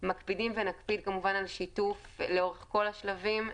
מקפידים ונקפיד כמובן על שיתוף לאורך כל השלבים.